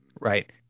right